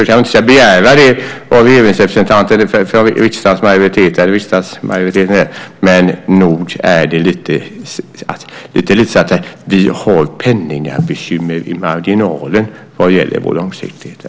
Man kanske inte ska begära det av en representant för riksdagens majoritet, men nog är det lite väl att säga att man har penningbekymmer i marginalen när det gäller långsiktigheten.